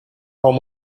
home